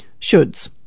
shoulds